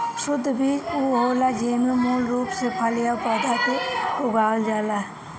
शुद्ध बीज उ होला जेमे मूल रूप से फल या पौधा के लगावल जाला